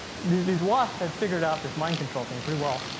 these. these wasps have figured out this mind control thing pretty well.